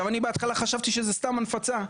אני בהתחלה חשבתי שזה סתם הנפצה.